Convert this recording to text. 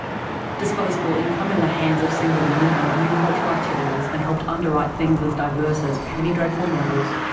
disposable income in the hands of single women drove new cultural activities and helped underwrite things as diverse as penny dreadful novels,